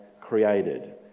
created